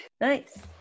Nice